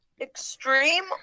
extreme